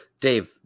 Dave